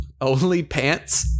OnlyPants